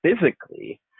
physically